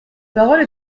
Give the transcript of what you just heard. parole